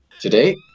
Today